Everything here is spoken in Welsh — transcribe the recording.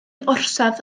orsaf